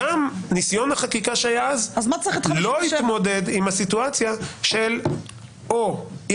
גם ניסיון החקיקה שהיה אז לא התמודד עם הסיטואציה של או אי